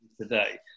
today